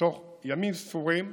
תוך ימים ספורים,